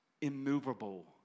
immovable